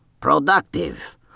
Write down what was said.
Productive